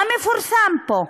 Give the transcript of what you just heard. מה מפורסם פה?